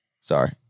Sorry